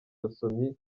basomyi